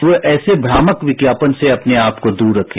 तो ऐसे भ्रामक विज्ञापन से अपने आपको दूर रखें